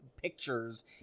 pictures